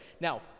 Now